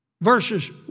Verses